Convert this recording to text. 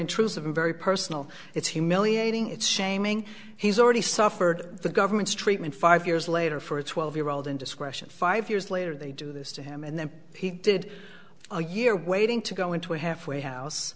intrusive and very personal it's humiliating it's shaming he's already suffered the government's treatment five years later for a twelve year old indiscretion five years later they do this to him and then he did a year waiting to go into a halfway house